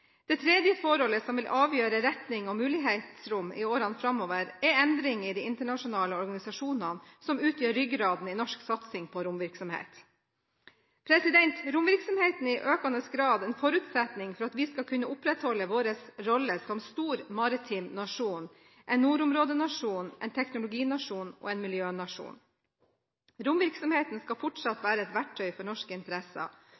Det tredje forholdet som vil avgjøre retning og mulighetsrom i årene framover, er endringer i de internasjonale organisasjonene som utgjør ryggraden i norsk satsing på romvirksomhet. Romvirksomheten er i økende grad en forutsetning for at vi skal kunne opprettholde vår rolle som en stor maritim nasjon, en nordområdenasjon, en teknologinasjon og en miljønasjon. Romvirksomheten skal fortsatt